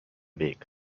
weg